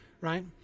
right